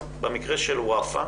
במקרה של הרצח של וופא,